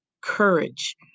courage